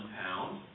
pound